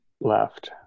left